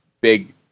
big